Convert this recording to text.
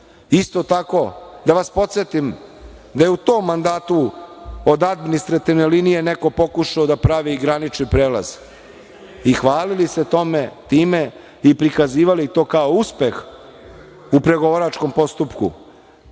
tako, da vas podsetim da je u tom mandatu od administrativne linije neko pokušao da pravi granični prelaz i hvalili se time i prikazivali to kao uspeh u pregovaračkom postupku,